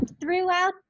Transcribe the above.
throughout